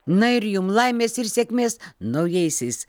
na ir jum laimės ir sėkmės naujaisiais